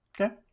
okay